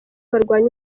barwanya